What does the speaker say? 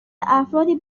افرادی